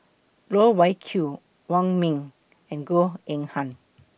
Loh Wai Kiew Wong Ming and Goh Eng Han